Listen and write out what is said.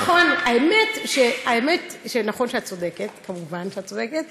נכון, האמת, נכון, את צודקת, כמובן, את צודקת.